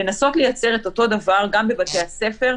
לנסות לייצר את אותו דבר גם בבתי הספר,